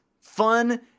fun